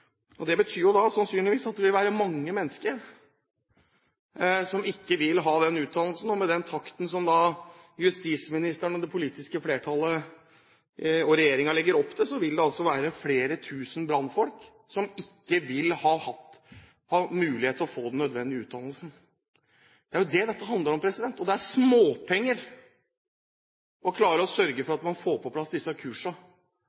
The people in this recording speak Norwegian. Det betyr da sannsynligvis at det vil være mange mennesker som ikke vil ha den utdannelsen. Med den takten som justisministeren og det politiske flertallet og regjeringen legger opp til, vil det altså være flere tusen brannfolk som ikke vil ha mulighet til å få den nødvendige utdannelsen. Det er jo det dette handler om. Og det er småpenger å klare å sørge for